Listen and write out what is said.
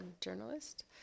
journalist